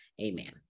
Amen